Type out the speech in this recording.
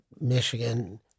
Michigan